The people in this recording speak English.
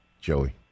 Joey